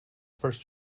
first